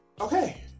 okay